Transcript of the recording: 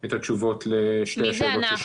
את התשובות לשתי השאלות.